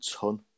ton